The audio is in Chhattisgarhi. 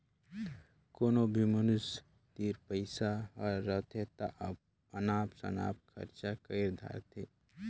कोनो भी मइनसे तीर पइसा हर रहथे ता अनाप सनाप खरचा कइर धारथें